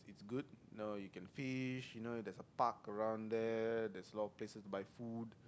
good now you can fish you know there's a park around there there's a lot of places to buy food